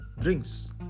drinks